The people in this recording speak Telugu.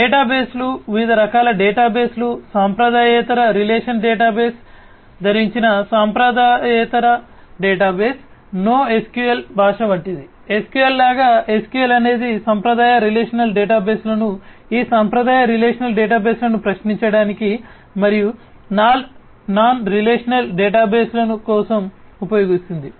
డేటాబేస్లు వివిధ రకాల డేటాబేస్లు సాంప్రదాయేతర రిలేషనల్ డేటాబేస్ ధరించిన సాంప్రదాయేతర డేటాబేస్ NoSQL భాష వంటిది SQL లాగా SQL అనేది సాంప్రదాయ రిలేషనల్ డేటాబేస్లను ఈ సాంప్రదాయ రిలేషనల్ డేటాబేస్లను ప్రశ్నించడానికి మరియు నాన్ రిలేషనల్ డేటాబేస్ల కోసం ఉపయోగిస్తుంది